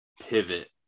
pivot